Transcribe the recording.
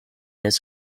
his